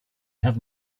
have